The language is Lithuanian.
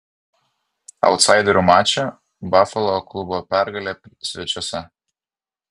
autsaiderių mače bafalo klubo pergalė svečiuose